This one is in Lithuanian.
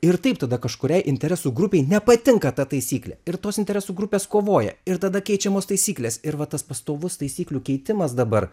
ir taip tada kažkuriai interesų grupei nepatinka ta taisyklė ir tos interesų grupės kovoja ir tada keičiamos taisyklės ir va tas pastovus taisyklių keitimas dabar